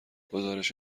گزارش